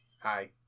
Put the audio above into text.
Hi